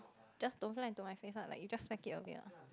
just don't fly into my face lah like you just smack it away lah